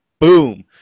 boom